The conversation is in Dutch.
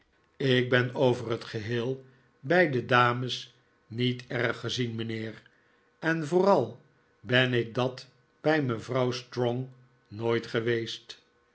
over het geheel bij de dames niet erg gezien mijnheer en vooral ben ik dat bij mevrouw strong nooit geweest